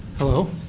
hello.